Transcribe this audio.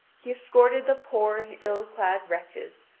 he escorted the poor and ill-clad wretches,